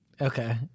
Okay